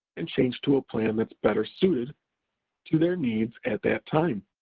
and change to a plan that's better suited to their needs at that time.